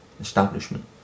establishment